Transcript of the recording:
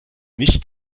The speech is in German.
nicht